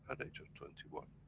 at age of twenty one.